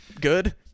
good